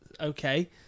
Okay